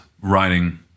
writing